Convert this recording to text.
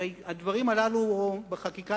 הרי הדברים הללו בחקיקה,